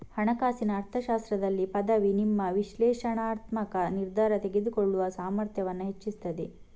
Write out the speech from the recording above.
ಹಣಕಾಸಿನ ಅರ್ಥಶಾಸ್ತ್ರದಲ್ಲಿ ಪದವಿ ನಿಮ್ಮ ವಿಶ್ಲೇಷಣಾತ್ಮಕ ನಿರ್ಧಾರ ತೆಗೆದುಕೊಳ್ಳುವ ಸಾಮರ್ಥ್ಯವನ್ನ ಹೆಚ್ಚಿಸ್ತದೆ